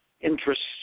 interests